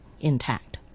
intact